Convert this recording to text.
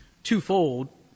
twofold